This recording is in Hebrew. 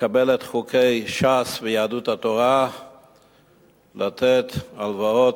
ולקבל את חוקי ש"ס ויהדות התורה לתת הלוואות,